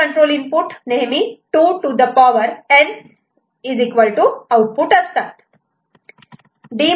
हे control input 2 to the power n output असतात